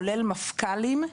כולל מפכ"לים,